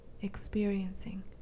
experiencing